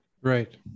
Right